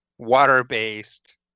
water-based